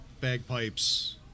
bagpipes